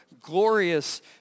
glorious